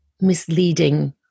misleading